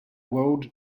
world